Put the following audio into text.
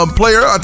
player